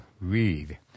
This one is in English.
read